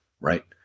right